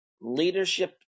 Leadership